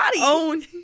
own